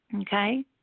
okay